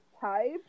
type